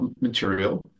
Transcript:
material